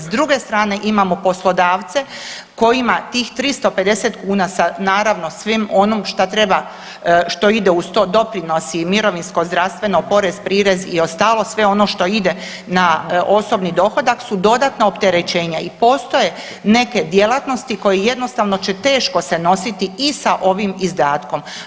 S druge strane imamo poslodavce kojima tih 350 kuna sa naravno svim onim što treba, što ide uz to doprinosi, mirovinsko, zdravstveno, porez, prirez i ostalo sve ono što ide na osobni dohodak su dodatna opterećenja i postoje neke djelatnosti koje jednostavno će teško se nositi i sa ovim izdatkom.